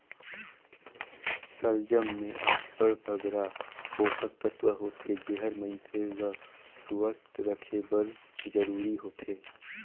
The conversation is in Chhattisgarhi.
सलजम में अब्बड़ बगरा पोसक तत्व होथे जेहर मइनसे ल सुवस्थ रखे बर जरूरी होथे